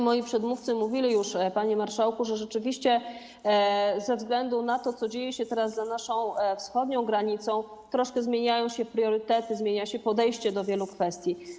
Moi przedmówcy mówili już, panie marszałku, że ze względu na to, co dzieje się teraz za naszą wschodnią granicą, troszkę zmieniają się priorytety, zmienia się podejście do wielu kwestii.